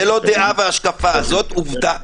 זה לא דעה והשקפה, זאת עובדה.